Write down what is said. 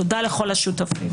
תודה לכל השותפים.